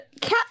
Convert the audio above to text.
cat